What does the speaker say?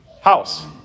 house